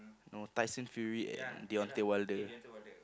no Tyson-Fury and Deontay-Wilder